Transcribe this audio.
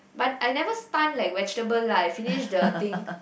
but I never stunned like vegetable lah I finish the thing